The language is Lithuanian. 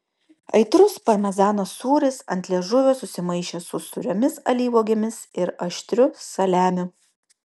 aitrus parmezano sūris ant liežuvio susimaišė su sūriomis alyvuogėmis ir aštriu saliamiu